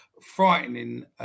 frightening